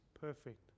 perfect